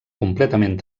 completament